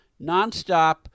nonstop